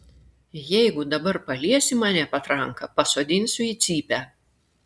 jeigu dabar paliesi mane patranka pasodinsiu į cypę